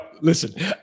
listen